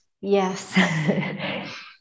Yes